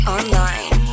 Online